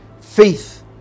Faith